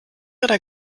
oder